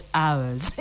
hours